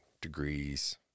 degrees